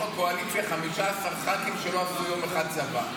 הקואליציה 15 ח"כים שלא עשו יום אחד צבא.